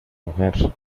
mujer